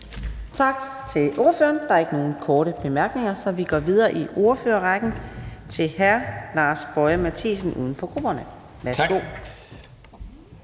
Tak til ordføreren. Der er ikke nogen korte bemærkninger, så vi går videre i ordførerrækken til hr. Lars Boje Mathiesen, uden for grupperne. Værsgo.